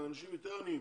האנשים יותר עניים.